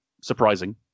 surprising